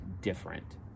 different